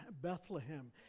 Bethlehem